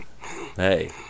hey